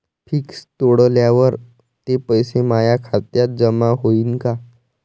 Fix तोडल्यावर ते पैसे माया खात्यात जमा होईनं का?